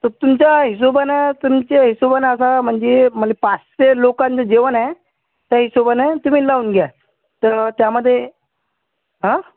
तुमच्या हिशेबानं तुमच्या हिशेबानं आता म्हणजे मला पाचशे लोकांचं जेवन आहे त्या हिशेबानं तुम्ही लावून घ्या तर त्यामध्ये हा